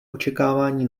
očekávání